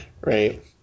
Right